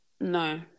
No